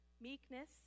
meekness